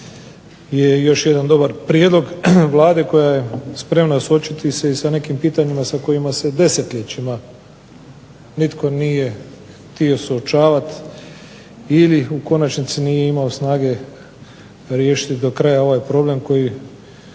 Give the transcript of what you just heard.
je i još jedan dobar prijedlog Vlade koja je spremna suočiti se i sa nekim pitanjima sa kojima se desetljećima nitko nije htio suočavati ili u konačnici nije imao snage riješiti do kraja ovaj problem koji